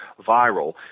viral